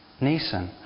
Neeson